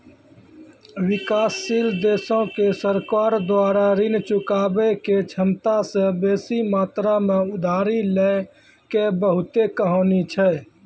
विकासशील देशो के सरकार द्वारा ऋण चुकाबै के क्षमता से बेसी मात्रा मे उधारी लै के बहुते कहानी छै